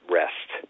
rest